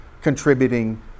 contributing